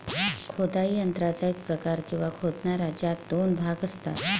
खोदाई यंत्राचा एक प्रकार, किंवा खोदणारा, ज्यात दोन भाग असतात